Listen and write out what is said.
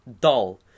dull